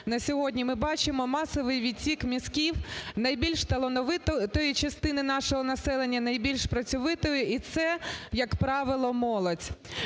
на сьогодні ми бачимо масовий відтік "мізків", найбільш талановитої частини нашого населення, найбільш працьовитої. І це, як правило, молодь.